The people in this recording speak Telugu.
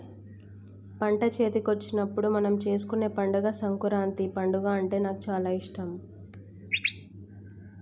పంట చేతికొచ్చినప్పుడు మనం చేసుకునే పండుగ సంకురాత్రి పండుగ అంటే నాకు చాల ఇష్టం